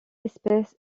espèce